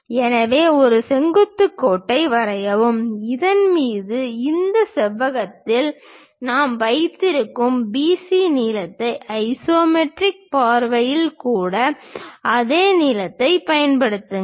எனவே ஒரு செங்குத்து கோட்டை வரையவும் அதன் மீது இந்த செவ்வகத்தில் நாம் வைத்திருக்கும் BC நீளத்தை ஐசோமெட்ரிக் பார்வையில் கூட அதே நீளத்தைப் பயன்படுத்துங்கள்